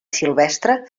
silvestre